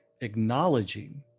acknowledging